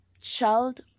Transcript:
Child